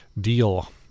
deal